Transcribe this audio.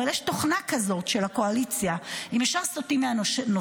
אבל יש תוכנה כזאת של הקואליציה: הם ישר סוטים מהנושא,